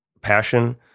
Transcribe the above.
passion